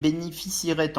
bénéficieraient